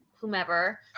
whomever